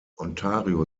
ontario